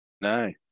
No